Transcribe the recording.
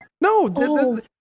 No